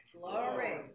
Glory